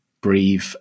breathe